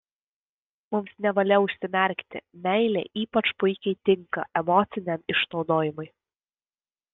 mums nevalia užsimerkti meilė ypač puikiai tinka emociniam išnaudojimui